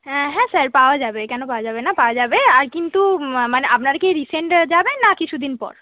হ্যাঁ হ্যাঁ স্যার পাওয়া যাবে কেন পাওয়া যাবে না পাওয়া যাবে আর কিন্তু মানে আপনারা কি রিসেন্ট যাবেন না কিছু দিন পর